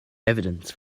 evidence